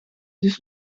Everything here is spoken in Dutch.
dus